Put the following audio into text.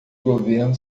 governo